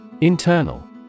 Internal